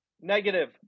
negative